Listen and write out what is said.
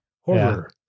Horror